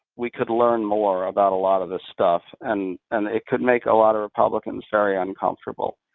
we could learn more about a lot of this stuff, and and it could make a lot of republicans very uncomfortable.